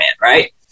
right